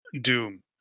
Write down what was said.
Doom